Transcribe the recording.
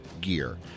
Gear